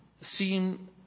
seem